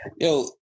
yo